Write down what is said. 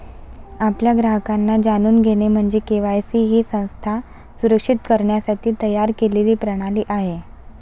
आपल्या ग्राहकांना जाणून घेणे म्हणजे के.वाय.सी ही संस्था सुरक्षित करण्यासाठी तयार केलेली प्रणाली आहे